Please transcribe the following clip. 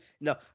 no